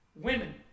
women